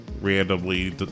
randomly